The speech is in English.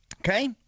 Okay